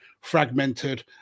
fragmented